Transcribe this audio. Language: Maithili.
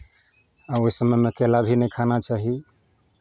आ ओहि समयमे केरा भी नहि खाना चाही